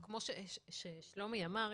כמו ששלומי אמר,